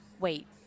wait